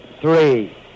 three